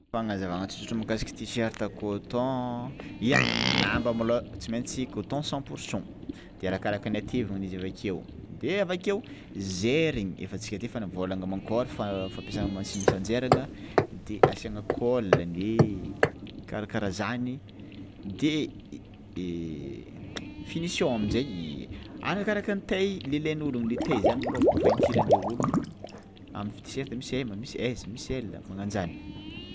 Fagnazavana tsotsotra makasiky tiserta coton, ia lamba malôha tsy mentsy coton cent pour cent, de arakaraka ny ateviny izy avakeo de avakeo ze regny efa tsika efa nivolagna mankôry fampiasana masina fanjairana, de asiagna colagny e, karakara zany de i finition aminjey arakaraka ny taille le ilain'olo amle taille zany malô pointuranle ologno amy fi- tiserta misy M, misy S misy L magnanzany.